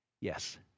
Yes